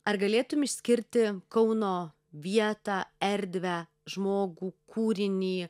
ar galėtum išskirti kauno vietą erdvę žmogų kūrinį